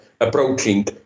approaching